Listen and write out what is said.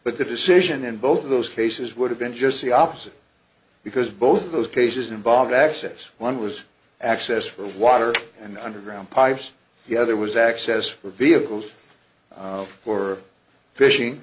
but the decision in both of those cases would have been just the opposite because both of those cases involve access one was access for water and underground pipes the other was access for vehicles for fishing